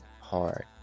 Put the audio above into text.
hard